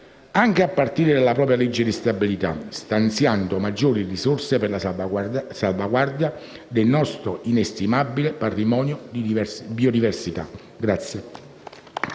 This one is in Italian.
anche a partire dalla prossima legge di stabilità, stanziando maggiori risorse per la salvaguardia del nostro inestimabile patrimonio di biodiversità.